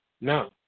No